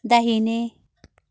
दाहिने